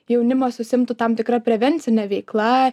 jaunimas užsiimtų tam tikra prevencine veikla